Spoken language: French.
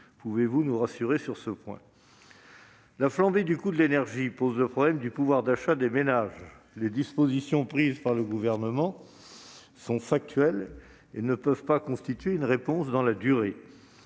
Pouvez-vous nous rassurer sur ce point ? La flambée du coût de l'énergie pose le problème du pouvoir d'achat des ménages. Les dispositions prises par le Gouvernement étant conjoncturelles, elles ne sauraient constituer une réponse dans la durée.